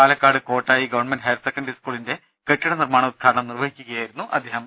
Palakkad Kottayi government higher secondary സ് കൂളിന്റെ കെട്ടിട നിർമാണോദ്ഘാടനം നിർവഹിച്ച് സംസാരിക്കുകയായിരുന്നു അദ്ദേഹം